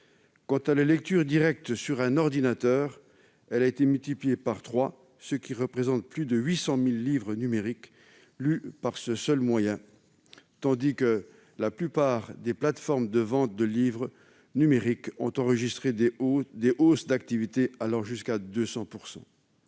Quant à la lecture directe sur un ordinateur, elle a triplé en volume, ce qui représente plus de 800 000 livres numériques lus par ce seul moyen. La plupart des plateformes de vente de livres numériques ont enregistré des hausses d'activité allant jusqu'à 200 %.